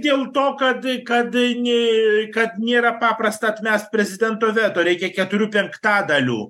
dėl to kad kad nė kad nėra paprasta atmest prezidento veto reikia keturių penktadalių